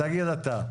תגיד אתה.